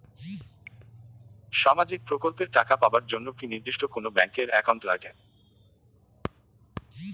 সামাজিক প্রকল্পের টাকা পাবার জন্যে কি নির্দিষ্ট কোনো ব্যাংক এর একাউন্ট লাগে?